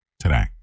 today